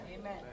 Amen